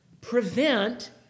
prevent